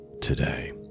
today